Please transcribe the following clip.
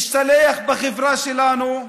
השתלח בחברה שלנו.